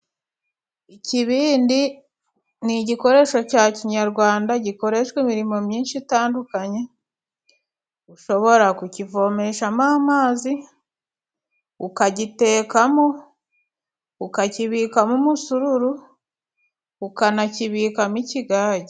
Ikibindi ni igikoresho cya kinyarwanda gikoreshwa imirimo myinshi itandukanye. Ushobora kukivomesha amazi, ukagitekamo, ukakibikamo umusururu, ukanakibikamo ikigage.